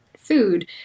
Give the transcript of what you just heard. food